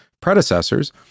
predecessors